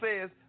says